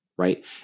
Right